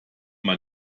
man